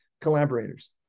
collaborators